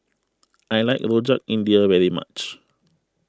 I like Rojak India very much